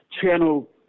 Channel